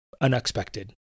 unexpected